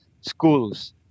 schools